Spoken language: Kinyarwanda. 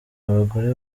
abagore